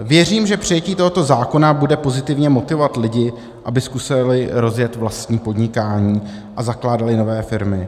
Věřím, že přijetí tohoto zákona bude pozitivně motivovat lidi, aby zkusili rozjet vlastní podnikání a zakládali nové firmy.